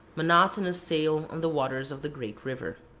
monotonous sail on the waters of the great river.